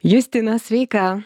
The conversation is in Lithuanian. justina sveika